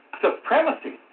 supremacy